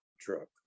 truck